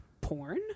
porn